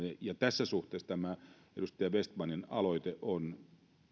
ja tässä suhteessa edustaja vestmanin aloite on